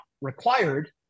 required